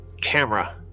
camera